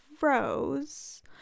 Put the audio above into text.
Rose